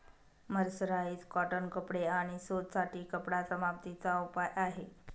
mercerise cotton कपडे आणि सूत साठी कपडा समाप्ती चा उपाय आहे